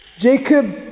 Jacob